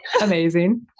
Amazing